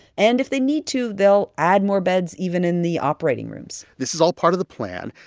and if they need to, they'll add more beds even in the operating rooms this is all part of the plan.